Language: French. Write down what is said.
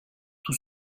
tous